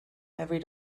every